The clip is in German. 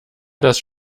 das